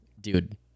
dude